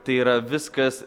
tai yra viskas